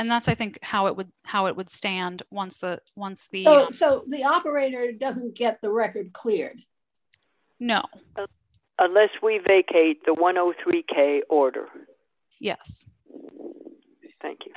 and that's i think how it would how it would stand once the once so the operator doesn't get the record cleared no unless we vacate the one o three k order yes thank you